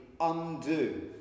undo